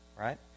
right